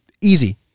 Easy